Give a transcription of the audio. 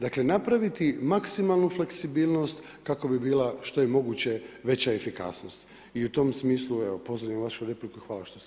Dakle, napraviti maksimalnu fleksibilnost, kako bi bila što je moguće veća efikasnost i u tome smislu evo, pozdravljam vašu repliku, hvala što ste